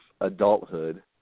adulthood